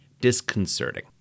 disconcerting